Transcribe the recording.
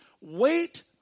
Wait